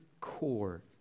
core